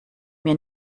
mir